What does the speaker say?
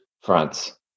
France